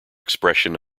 expression